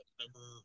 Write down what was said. number